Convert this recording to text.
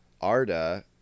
Arda